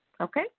Okay